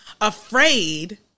afraid